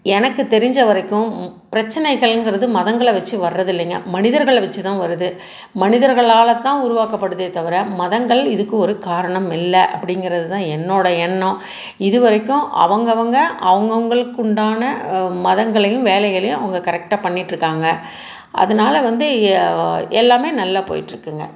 எனக்கு தெரிஞ்ச வரைக்கும் பிரச்சனைகள்ங்கிறது மதங்களை வச்சு வரது இல்லைங்க மனிதர்களை வச்சு தான் வருது மனிதர்களால் தான் உருவாக்கபடுதே தவிர மதங்கள் இதுக்கு ஒரு காரணம் இல்லை அப்படிங்குறது தான் என்னோடய எண்ணம் இது வரைக்கும் அவங்கவங்க அவங்கவங்களுக்கு உண்டான மதங்களையும் வேலைகளையும் அவங்க கரெக்ட்டாக பண்ணிக்கிட்டு இருக்காங்க அதனால வந்து எல்லாமே நல்லா போய்ட்டு இருக்குதுங்க